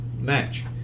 match